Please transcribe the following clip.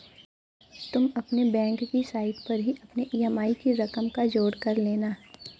तुम अपने बैंक की साइट पर ही अपने ई.एम.आई की रकम का जोड़ कर लेना